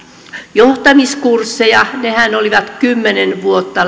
johtamiskursseja nehän olivat lähes kymmenen vuotta